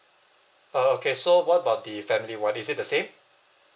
uh okay so what about the family [one] is it the same